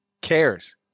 cares